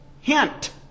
hint